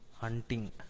hunting